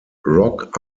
rock